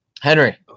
henry